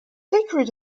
sacred